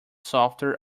software